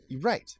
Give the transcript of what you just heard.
Right